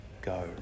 go